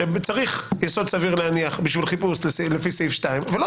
שצריך יסוד סביר להניח בשביל חיפוש לפי סעיף 2 ולא